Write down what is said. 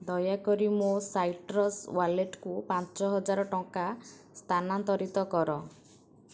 ଦୟାକରି ମୋ ସାଇଟ୍ରସ୍ ୱାଲେଟକୁ ପାଞ୍ଚହଜାର ଟଙ୍କା ସ୍ଥାନାନ୍ତରିତ କର